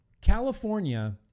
California